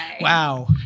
Wow